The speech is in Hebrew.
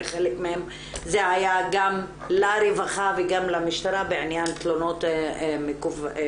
וחלק מהם זה היה גם לרווחה וגם למשטרה בעניין תלונות מקוונות.